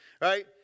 Right